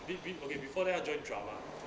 wait wait okay before that 她 join drama